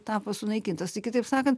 tapo sunaikintas tai kitaip sakan